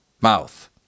mouth